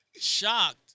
shocked